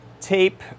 tape